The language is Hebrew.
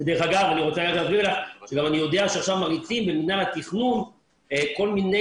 יודע שעכשיו מריצים במינהל התכנון כל מיני